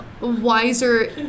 wiser